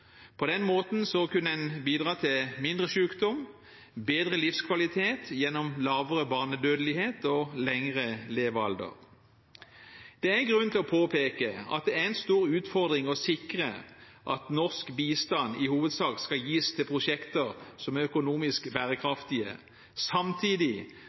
På den måten kunne en bidra til mindre sykdom, bedre livskvalitet gjennom lavere barnedødelighet og høyere levealder. Det er grunn til å påpeke at det er en stor utfordring å sikre at norsk bistand i hovedsak skal gis til prosjekter som er økonomisk bærekraftige, samtidig